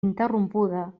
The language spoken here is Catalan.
interrompuda